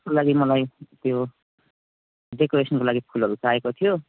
त्यसको लागि मलाई त्यो डेकोरेसनको लागि फुलहरू चाहिएको थियो